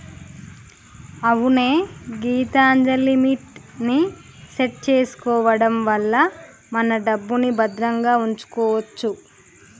అవునే గీతాంజలిమిట్ ని సెట్ చేసుకోవడం వల్ల మన డబ్బుని భద్రంగా ఉంచుకోవచ్చు